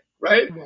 Right